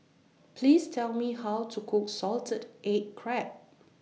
Please Tell Me How to Cook Salted Egg Crab